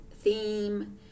theme